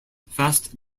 fast